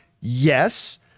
Yes